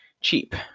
cheap